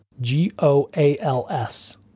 G-O-A-L-S